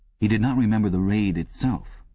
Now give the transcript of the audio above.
he did not remember the raid itself,